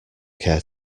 care